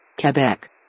quebec